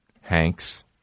Hanks